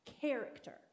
character